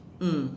mm